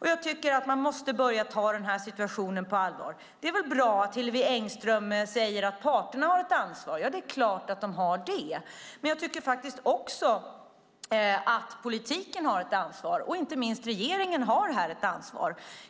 Jag tycker att man måste börja ta denna situation på allvar. Det är bra att Hillevi Engström säger att parterna har ett ansvar. Det är klart att de har det, men jag tycker faktiskt också att politiken har ett ansvar. Inte minst regeringen har ett ansvar.